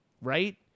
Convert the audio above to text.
Right